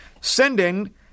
sending